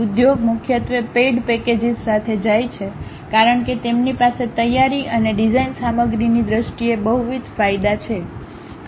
ઉદ્યોગ મુખ્યત્વે paid packages સાથે જાય છે કારણ કે તેમની પાસે તૈયારી અને ડિઝાઇન સામગ્રીની દ્રષ્ટિએ બહુવિધ ફાયદા છે